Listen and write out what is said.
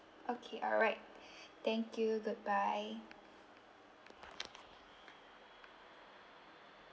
okay alright thank you goodbye